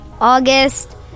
August